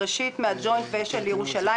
ראשית מהג'וינט ואשל ירושלים.